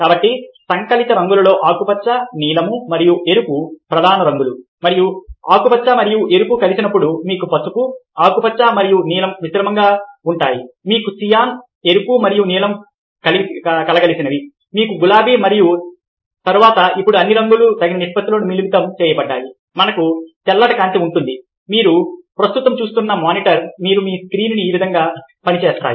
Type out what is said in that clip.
కాబట్టి సంకలిత రంగులలో ఆకుపచ్చ నీలం మరియు ఎరుపు ప్రధాన రంగులు మరియు ఆకుపచ్చ మరియు ఎరుపు కలిపినప్పుడు మీకు పసుపు ఆకుపచ్చ మరియు నీలం మిశ్రమంగా ఉంటాయి మీకు సియాన్ ఎరుపు మరియు నీలం కలగలిసినవి మీకు గులాబీ మరియు తర్వాత ఇప్పుడు అన్ని రంగులు తగిన నిష్పత్తిలో మిళితం చేయబడ్డాయి మనకు తెల్లటి కాంతి ఉంటుంది మీరు ప్రస్తుతం చూస్తున్న మానిటర్ మరియు మీ స్క్రీన్ ఈ విధంగా పనిచేస్తాయి